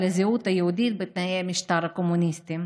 הזהות היהודית בתנאי המשטר הקומוניסטי.